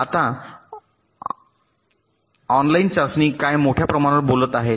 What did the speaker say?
आता ऑनलाइन चाचणी काय मोठ्या प्रमाणावर बोलत आहे